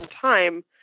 time